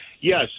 yes